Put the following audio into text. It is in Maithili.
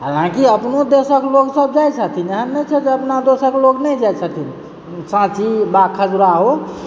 हालाँकि अपनो देशक लोग सब जाइ छथिन एहन नइँ छै जे अपना देशक लोग नइँ जाइ छथिन साँची वा खजुराहो